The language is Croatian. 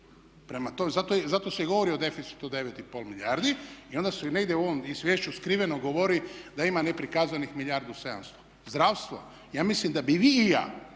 Prema tome, zato se i govori o deficitu od 9,5 milijardi. I onda se negdje u ovom izvješću skriveno govori da ima neprikazanih milijardu i 700. Zdravstvo, ja mislim da bi vi i ja,